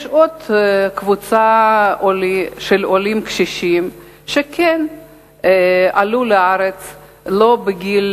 יש עוד קבוצה של עולים קשישים, שעלו לארץ לא בגיל